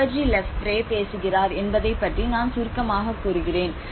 எதைப் பற்றி லெஃபெவ்ரே பேசுகிறார் என்பதைப் பற்றி நான் சுருக்கமாக கூறுகிறேன்